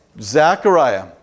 Zechariah